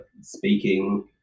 speaking